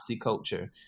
culture